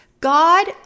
God